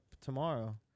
tomorrow